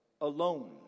alone